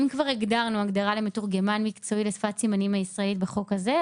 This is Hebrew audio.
אם כבר הגדרנו הגדרה למתורגמן מקצועי לשפת הסימנים הישראלית בחוק הזה,